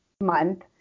month